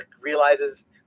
realizes